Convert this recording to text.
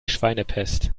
schweinepest